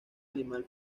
animal